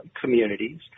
communities